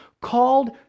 called